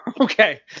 okay